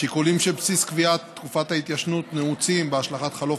השיקולים שבבסיס קביעת תקופת התיישנות נעוצים בהשלכת חלוף